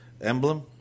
emblem